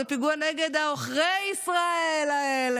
זה פיגוע נגד עוכרי ישראל האלה.